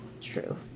True